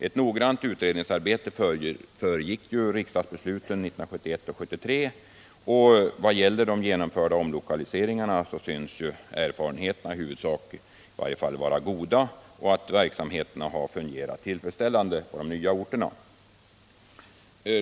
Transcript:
Ett noggrant utredningsarbete föregick riksdagsbesluten 1971 och 1973. och vad gäller de genomförda omlokaliseringarna synes erfarenheterna i varje fall i huvudsak vara goda — verksamheterna har fungerat tillfredsställande på de nya orterna.